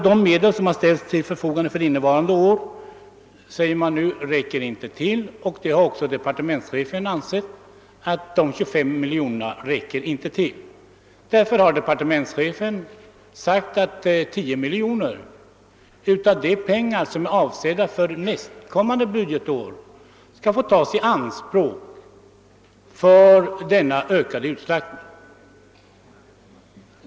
De medel som har ställts till förfogande för innevarande år räcker inte till, säger man nu, och även departementschefen har ansett att dessa 25 miljoner inte räcker till. Departementschefen har därför ansett att 10 miljoner av de pengar som är avsedda för nästkommande budgetår skall få tas i anspråk på grund av den ökade utslaktningen.